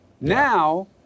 Now